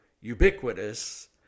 ubiquitous